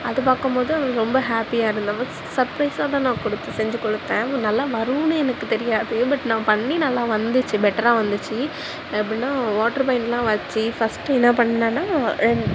அது பார்க்கும்போது எனக்கு ரொம்ப ஹாப்பியாக இருந்தேன் சர்பிரைஸ்சாக அதை நான் கொடுத்து செஞ்சு கொடுத்தேன் நல்லா வரும்னு எனக்கு தெரியாது பட் நான் பண்ணி நல்லா வந்துச்சு பெட்டரா வந்துச்சு எப்புடின்னா வாட்ரு பெயிண்டெலாம் வச்சு ஃபஸ்ட் என்ன பண்ணேன்னா